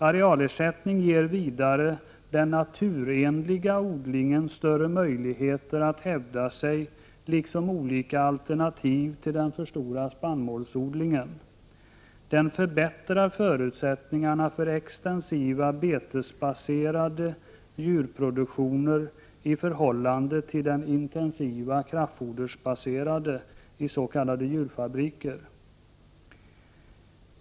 Arealersättning ger vidare den naturenliga odlingen större möjlighet att hävda sig liksom olika alternativ till den för stora spannmålsodlingen. Den förbättrar förutsättningarna för den extensiva betesbaserade djurproduktionen i förhållande till den intensiva kraftfodersbaserade, s.k. djurfabriker.